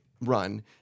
run